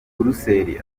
buruseli